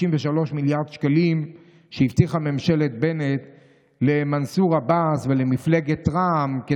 53 מיליארד שקלים שהבטיחה ממשלת בנט למנסור עבאס ולמפלגת רע"מ.